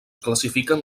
classifiquen